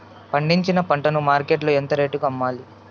పండించిన పంట ను మార్కెట్ లో ఎంత రేటుకి అమ్మాలి?